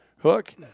hook